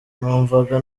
numvaga